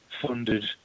funded